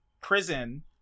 prison